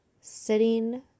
sitting